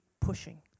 pushing